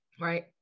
right